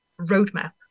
roadmap